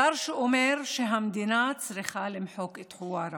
השר שאומר שהמדינה צריכה למחוק את חווארה,